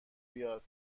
بیاد